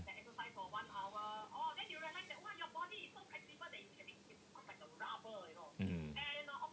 mmhmm